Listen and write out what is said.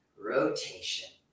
rotation